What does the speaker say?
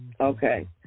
okay